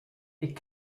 est